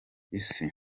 isi